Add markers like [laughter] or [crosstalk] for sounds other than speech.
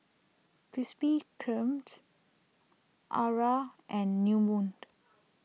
Krispy Kreme's Akira and New Moon [noise]